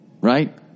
right